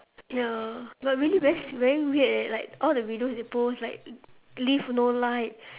ya but really very very weird eh like all the videos they post like lift no light